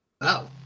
Wow